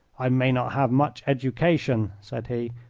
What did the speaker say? i may not have much education, said he,